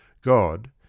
God